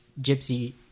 gypsy